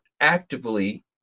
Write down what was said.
actively